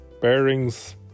bearings